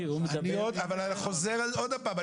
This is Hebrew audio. עוד הפעם.